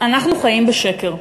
אנחנו חיים בשקר,